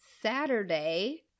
Saturday